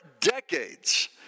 decades